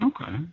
Okay